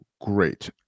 great